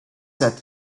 set